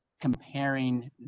comparing